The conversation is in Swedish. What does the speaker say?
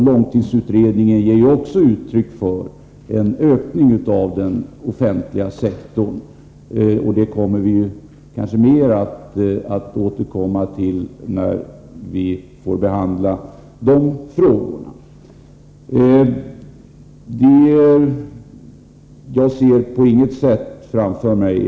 Långtidsutredningen ger också uttryck för behovet av en ökning av den offentliga sektorn. Vi får kanske återkomma mera till det när vi skall behandla de frågorna. Jag ser på inget sätt ett USA framför mig.